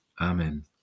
Amen